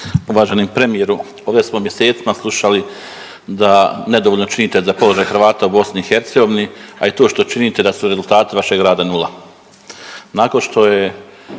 Uvaženi premijeru ovdje smo mjesecima slušali da nedovoljno činite za položaj Hrvata u Bosni i Hercegovini, a i to što činite da su rezultati vašega rada nula. Nakon što je